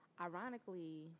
ironically